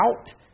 out